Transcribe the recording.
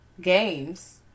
games